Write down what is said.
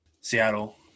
Seattle